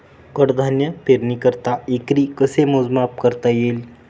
कडधान्य पेरणीकरिता एकरी कसे मोजमाप करता येईल?